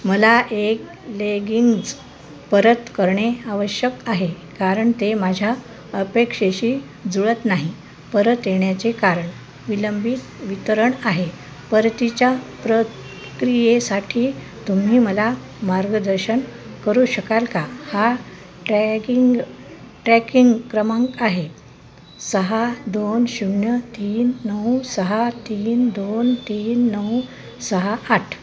मला एक लेगिंज परत करणे आवश्यक आहे कारण ते माझ्या अपेक्षेशी जुळत नाही परत येण्याचे कारण विलंबित वितरण आहे परतीच्या प्रक्रियेसाठी तुम्ही मला मार्गदर्शन करू शकाल का हा ट्रॅगिंग ट्रॅकिंग क्रमांक आहे सहा दोन शून्य तीन नऊ सहा तीन दोन तीन नऊ सहा आठ